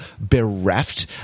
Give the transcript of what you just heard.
bereft